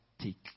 take